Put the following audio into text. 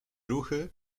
ruchy